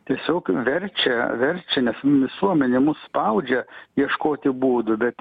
tiesiog verčia verčia nes visuomenė mus spaudžia ieškoti būdų bet